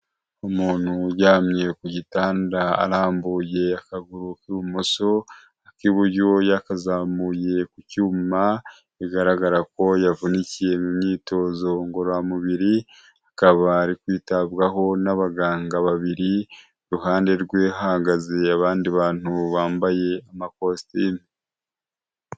Umuntu uryamye ku gitanda arambuye akaguru k'ibumoso, ak'iburyo yakazamuye ku cyuma, bigaragara ko yavunikiye mu myitozo ngororamubiri, akaba ari kwitabwaho n'abaganga babiri, iruhande rwe hahagaze abandi bantu bambaye amakositimu.